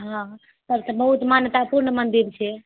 हँ तब तऽ बहुत मान्यतापूर्ण मन्दिर छै